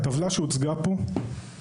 הטבלה שהוצגה פה,